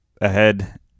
ahead